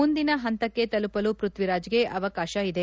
ಮುಂದಿನ ಹಂತಕ್ಕೆ ತಲುಪಲು ಪೃಥ್ಣಿರಾಜ್ಗೆ ಅವಕಾಶ ಇದೆ